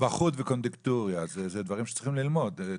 טבחות וקונדיטוריה זה דברים שצריכים ללמוד.